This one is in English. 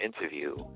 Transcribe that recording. interview